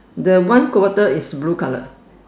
the one quarter is blue colour